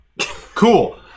Cool